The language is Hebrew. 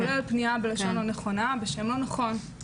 כולל פנייה בלשון לא נכונה ובשם לא נכון.